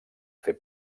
fer